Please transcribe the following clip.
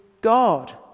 God